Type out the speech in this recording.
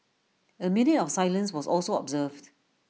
A minute of silence was also observed